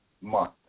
month